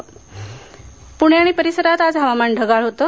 हवामान पुणे आणि परिसरात आज हवामान ढगाळ होतं